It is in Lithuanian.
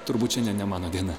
turbūt šiandien ne mano diena